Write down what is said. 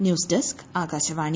news desk Akashvani